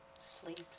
Sleep